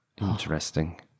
Interesting